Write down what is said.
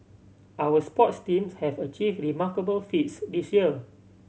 our sports team have achieved remarkable feats this year